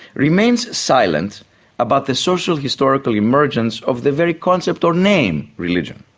remains silent about the social, historical emergence of the very concept or name religion.